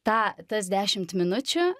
tą tas dešimt minučių